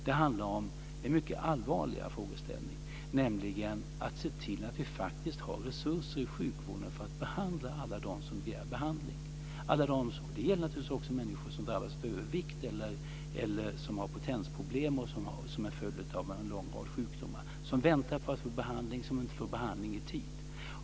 Det handlar om en mycket allvarligare frågeställning, nämligen att se till att vi faktiskt har resurser i sjukvården för att behandla alla dem som begär behandling. Det gäller naturligtvis också människor som drabbas av övervikt eller som har potensproblem som en följd av en lång rad sjukdomar och som väntar på att få behandling och inte får behandling i tid.